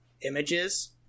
images